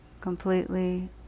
completely